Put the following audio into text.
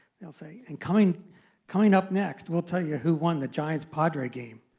they'll say and coming coming up next, we'll tell you who won the giants padres game.